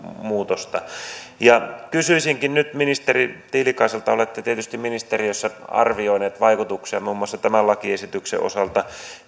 muutosta kysyisinkin nyt ministeri tiilikaiselta olette tietysti ministeriössä arvioineet vaikutuksia muun muassa tämän lakiesityksen osalta